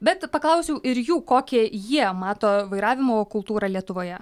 bet paklausiau ir jų kokią jie mato vairavimo kultūrą lietuvoje